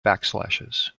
backslashes